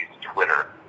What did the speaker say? Twitter